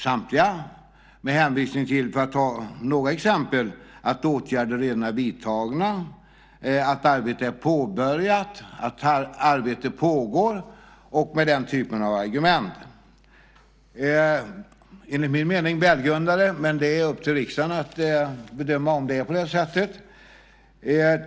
Detta gör de, för att ta några exempel, med hänvisning till att åtgärder redan är vidtagna, att arbete är påbörjat, att arbete pågår och den typen av argument. Enligt min mening är detta välgrundat, men det är upp till riksdagen att bedöma om det är på det sättet.